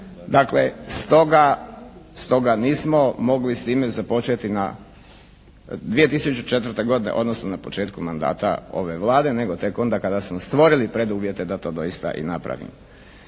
Dakle, stoga, stoga nismo mogli s time započeti 2004. godine, odnosno na početku mandata ove Vlade, nego tek onda kada smo stvorili preduvjete da to doista i napravimo.